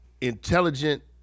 intelligent